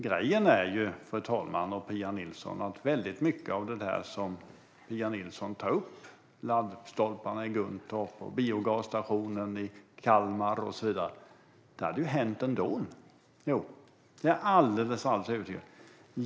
Grejen är, fru talman och Pia Nilsson, att väldigt mycket av det som Pia Nilsson tar upp - laddstolparna i Guntorp, biogasstationen i Kalmar och så vidare - är jag helt övertygad om hade hänt ändå.